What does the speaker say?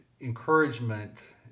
encouragement